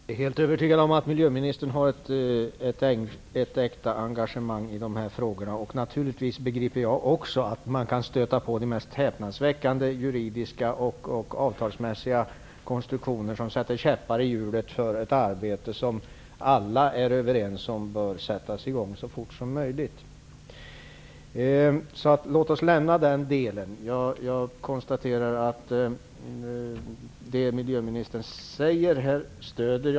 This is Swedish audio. Herr talman! Jag är helt övertygad om att miljöministern har ett äkta engagemang i dessa frågor. Naturligtvis begriper jag också att man kan stöta på de mest häpnadsväckande juridiska, avtalsmässiga konstruktioner som sätter käppar i hjulet för ett arbete som alla är överens om bör sättas i gång så fort som möjligt. Låt oss lämna den delen. Jag stöder naturligtvis det miljöministern säger här.